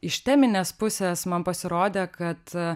iš teminės pusės man pasirodė kad